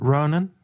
Ronan